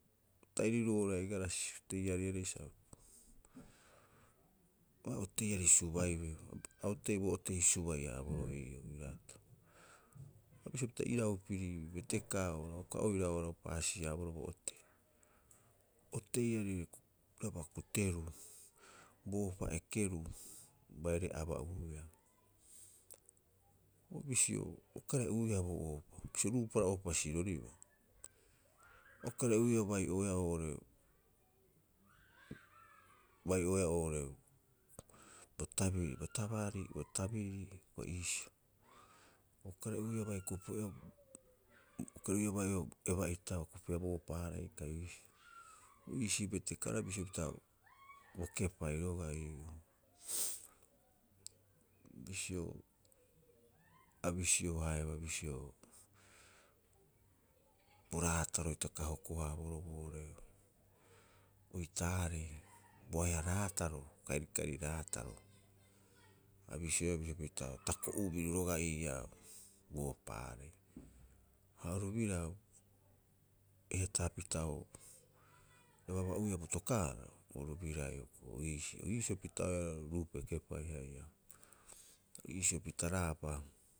O ta'iriruu oo'ore ai garasi oteariarei sa o ha oteiari subaiu a bo otei bo otei suba'i- haraboroo ii'oo ii raatao. Ha bisio pita irau piri betekaa'oo ha uka oira oo'ore a o paasi- haaboroo bo otei. O teiarireba kuteruu, bo ohopa ekeruu, baire aba'uiia. O bisio ukare'uia bo ohopa, bisio ruupara ohopa siroribaa, a ukare'uiaa bai'oeaa oo'ore bai'oeaa oo'ore bo tabiri bo tabaari bo tabiriri o iisio. A ukare'uiaa`bai kope'oepa a ukare'uia bai o ebe'ita a kopeea bo ohopaarei kai iisio. O iisii betehaaro bisio pita bo kepai roga'a ii'oo. Bisio a bisio haeaba bisio, bo raataro hitaka a hoko- haaboroo boore oitaarei. Bo ahe'a raataro, kaerikaeri raataro, a bisioeaa bisio pita tako'u biru roga'a ii'aa bo ohopaarei. Ha oru biraa heetaapita oo oiraba aba'uiaa bo tokaara, oru biraa hioko'i iisio. Iisio hioko'i pita'oeaa ruupe kepai haia. Iisio pita raapa.